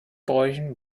bräuchen